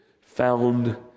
found